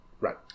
right